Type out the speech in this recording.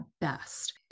best